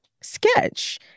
sketch